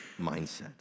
mindset